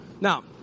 Now